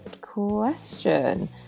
question